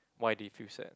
why they feel sad